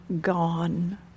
gone